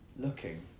looking